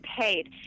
paid